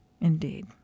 Indeed